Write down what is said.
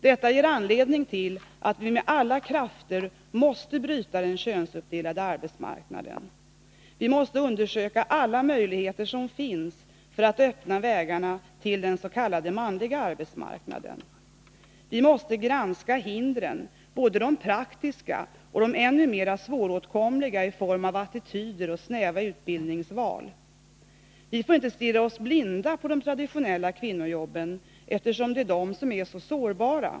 Detta ger oss anledning att med alla krafter bryta den könsuppdelade arbetmarknaden. Vi måste undersöka alla möjligheter som finns för att öppna vägarna till den s.k. manliga arbetsmarknaden. Vi måste granska hindren, både de praktiska och de ännu mera svåråtkomliga i form av attityder och snäva utbildningsval. Vi får inte stirra oss blinda på de traditionella kvinnojobben, eftersom det är de som är så sårbara.